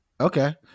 okay